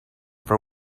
for